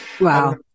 Wow